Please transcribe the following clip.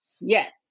Yes